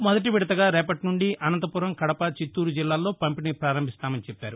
మొదటి విడతగా రేపటి నుండి అనంతపురం కడప చిత్తూరు జిల్లాల్లో పంపిణీ ప్రారంభిస్తున్నట్లు చెప్పారు